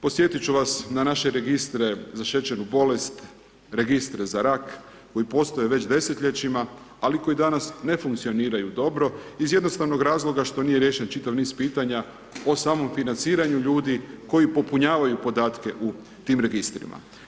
Podsjetit ću vas na naše registre za šećernu bolest, registre za rak, koji postoje već desetljećima, ali koji danas ne funkcioniraju dobro iz jednostavnog razloga što nije riješen čitav niz pitanja o samom financiranju ljudi koji popunjavaju podatke u tim registrima.